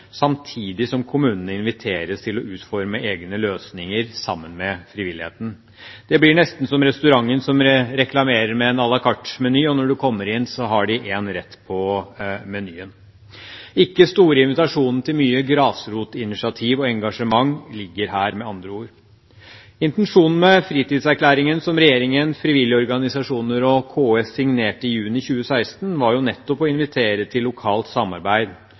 samtidig som kommunene inviteres til å utforme egne løsninger sammen med frivilligheten. Det blir nesten som restauranten som reklamerer med en à la carte-meny, og når man kommer inn, har de én rett på menyen. Ikke store invitasjonen til mye grasrotinitiativ og engasjement ligger her, med andre ord. Intensjonen med fritidserklæringen som regjeringen, frivillige organisasjoner og KS signerte i juni 2016, var nettopp å invitere til lokalt samarbeid.